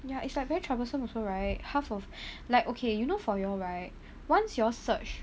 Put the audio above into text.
ya it's like very troublesome also right half of like okay you know for you all right once your search